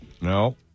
no